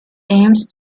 aims